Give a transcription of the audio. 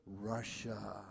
Russia